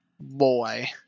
boy